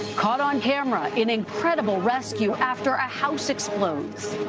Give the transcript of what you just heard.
caught on camera an incredible rescue after a house explodes